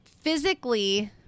physically